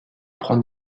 prend